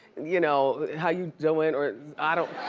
you know how you doin' or i don't,